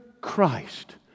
Christ